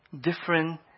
different